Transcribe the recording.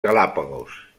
galápagos